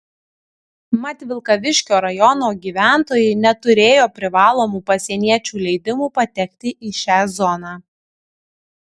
mat vilkaviškio rajono gyventojai neturėjo privalomų pasieniečių leidimų patekti į šią zoną